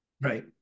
Right